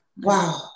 Wow